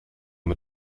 mit